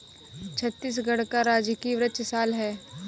छत्तीसगढ़ का राजकीय वृक्ष साल है